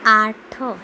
आठ